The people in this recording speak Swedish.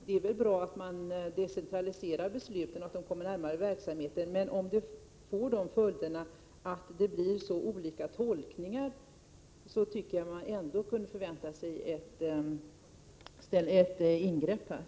Det är väl bra att man decentraliserar beslutsfattandet och att det läggs närmare verksamheten, men om följden blir så olika tolkningar tycker jag att man ändå kunde vänta sig ett ingripande från justitieministern.